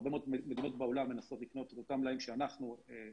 הרבה מאוד מדינות בעולם מנסות לקנות את אותם מלאים שאנחנו רכשנו,